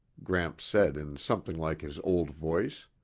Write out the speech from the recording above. gramps said in something like his old voice.